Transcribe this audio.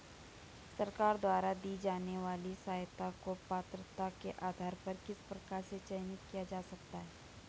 सरकार द्वारा दी जाने वाली सहायता को पात्रता के आधार पर किस प्रकार से चयनित किया जा सकता है?